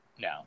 no